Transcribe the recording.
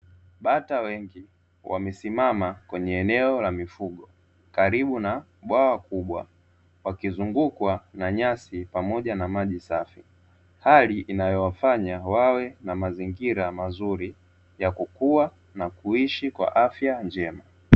Bata wengi wamesimama kwenye eneo la mifugo, karibu na bwawa kubwa, wakizungukwa na nyasi pamoja na maji safi. Hali inayowafanya wawe na mazingira mazuri, ya kukua na kuishi na afya njema.